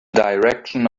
direction